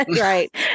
Right